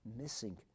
missing